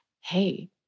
Hey